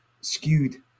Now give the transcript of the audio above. skewed